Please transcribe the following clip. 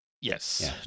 Yes